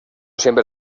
siempre